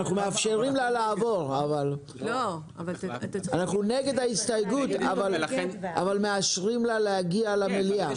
אנחנו נגד ההסתייגות אבל מאשרים לה להגיע למליאה.